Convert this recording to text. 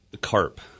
carp